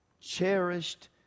cherished